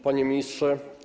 Panie Ministrze!